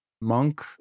monk